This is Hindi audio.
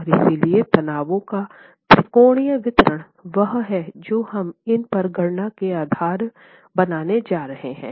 और इसलिए तनावों का त्रिकोणीय वितरण वह है जो हम इन पर गणना में आधार बनाने जा रहे हैं